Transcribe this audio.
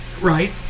right